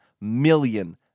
million